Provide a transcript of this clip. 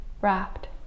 wrapped